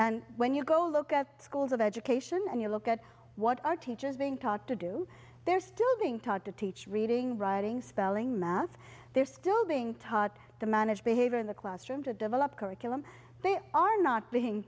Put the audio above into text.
and when you go look at schools of education and you look at what are teachers being taught to do they're still being taught to teach reading writing spelling math they're still being taught to manage behavior in the classroom to develop curriculum they are not being